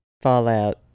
Fallout